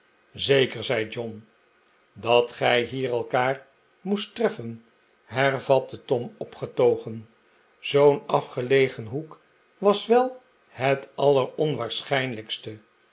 zeker zei john dat gij hier elkaar moest treffen hervatte tom opgetogen zoo'n afgelegen hoek was wel het